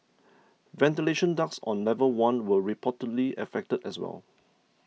ventilation ducts on level one were reportedly affected as well